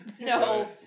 no